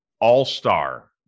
all-star